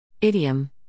Idiom